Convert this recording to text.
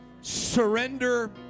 surrender